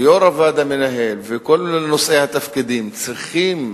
ויושב-ראש הוועד המנהל וכל נושאי התפקידים צריכים